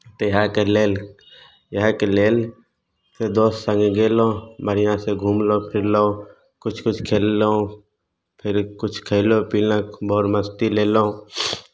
तऽ इएहके लेल इएहके लेल दोस्त सङ्गे गयलहुँ बढ़िआँसँ घुमलहुँ फिरलहुँ किछु किछु खेललहुँ फेर किछु खयलहुँ पीलहुँ मौज मस्ती लेलहुँ